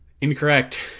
Incorrect